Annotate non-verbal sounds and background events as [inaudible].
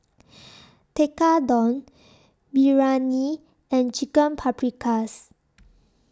[noise] Tekkadon Biryani and Chicken Paprikas